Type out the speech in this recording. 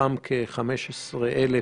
לאס-אם-אסים,